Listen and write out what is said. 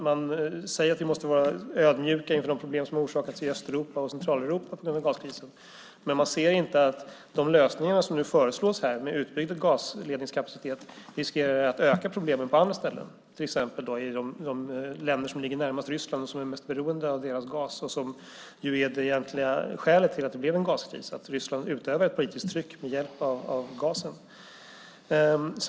Man säger att vi måste vara ödmjuka inför de problem som gaskrisen har orsakat i Östeuropa och Centraleuropa, men man ser inte att de lösningar som föreslås med utbyggd gasledningskapacitet riskerar att öka problemen på andra ställen. Det gäller till exempel i de länder som ligger närmast Ryssland och som är mest beroende av deras gas och som är det egentliga skälet till att det blev en gaskris - Ryssland utövar ett politiskt tryck med hjälp av gasen.